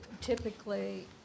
typically